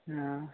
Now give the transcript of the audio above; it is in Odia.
ହଁ